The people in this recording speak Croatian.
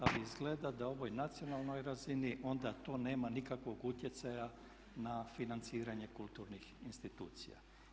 Ali izgleda da ovoj nacionalnoj razini onda to nema nikakvog utjecaja na financiranje kulturnih institucija.